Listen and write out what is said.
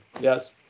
yes